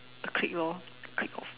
a clique lor clique of